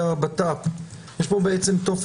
תודה.